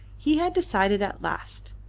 he had decided at last.